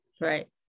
right